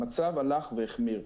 המצב הלך והחמיר.